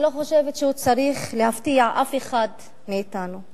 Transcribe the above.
אני לא חושבת שצריך להפתיע אף אחד מאתנו.